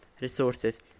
resources